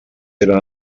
eren